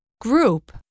Group